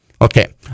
Okay